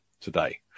today